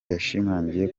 yashimangiye